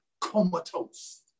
comatose